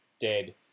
dead